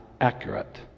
accurate